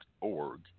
org